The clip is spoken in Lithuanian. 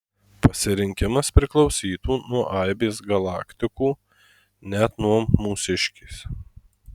pasirinkimas priklausytų nuo aibės galaktikų net nuo mūsiškės